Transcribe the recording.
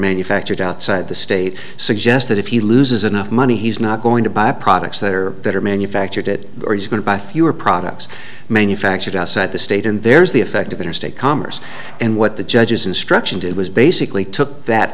manufactured outside the state suggest that if he loses enough money he's not going to buy products that are better manufactured it or he's going to buy fewer products manufactured outside the state and there's the effect of interstate commerce and what the judge's instruction did was basically took that